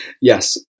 Yes